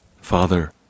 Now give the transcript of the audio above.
Father